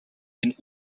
den